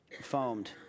foamed